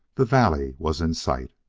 the valley was in sight.